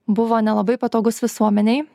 buvo nelabai patogus visuomenei